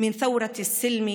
על העתיד של אלין,